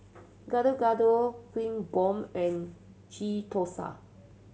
Gado Gado Kuih Bom and Ghee Thosai